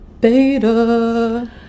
beta